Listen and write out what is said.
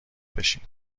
بشین